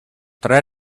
try